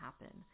happen